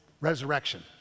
resurrection